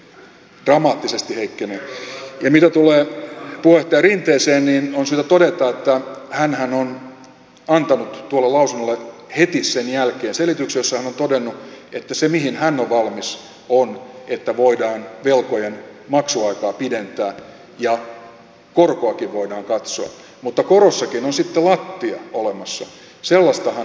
ja mitä tulee puheenjohtaja rinteeseen niin on syytä todeta että hänhän on antanut tuolle lausunnolle heti sen jälkeen selityksen jossa hän on todennut että se mihin hän on valmis on että voidaan velkojen maksuaikaa pidentää ja korkoakin voidaan katsoa mutta korossakin on sitten lattia olemassa